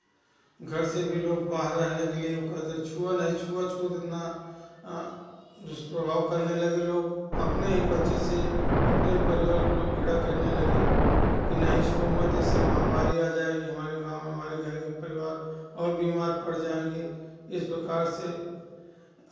घर से भी लोग बाहर रहने के लिए वह कहते छुवो नहीं छुआ छूत इतना दुष प्रभाव करने लगे लोग अपने ही बच्चों से अपने ही परिवार के लोग घृणा करने लगे कि नहीं छुओ मत ऐसे महामारी आ जाएगी हमारे गाँव में हमारे घर के परिवार और बीमार पड़ जाएँगे इस प्रकार से